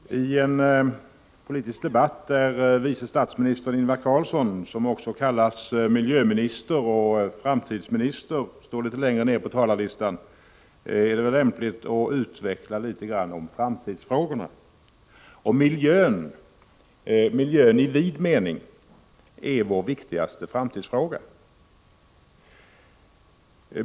Fru talman! I en politisk debatt där vice statsministern Ingvar Carlsson, som också kallas miljöminister och framtidsminister, står litet längre ned på talarlistan är det väl lämpligt att utveckla framtidsfrågorna litet. Och miljön i vid mening är vår viktigaste framtidsfråga.